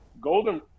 golden